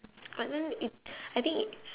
but then it I think it